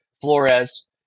Flores